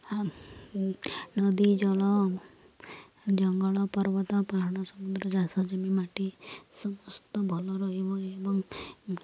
ନଦୀ ଜଳ ଜଙ୍ଗଲ ପର୍ବତ ପାହାଡ଼ ସମୁଦ୍ର ଚାଷ ଜମି ମାଟି ସମସ୍ତ ଭଲ ରହିବ ଏବଂ